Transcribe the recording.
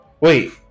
Wait